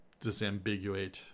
disambiguate